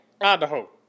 Idaho